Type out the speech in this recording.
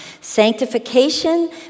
Sanctification